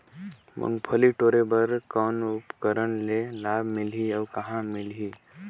मुंगफली टोरे बर कौन उपकरण ले लाभ मिलही अउ कहाँ मिलही?